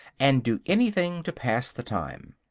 and do anything to pass the time.